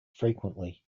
frequently